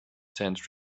tent